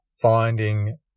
Finding